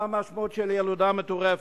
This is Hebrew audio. מה המשמעות של ילודה מטורפת?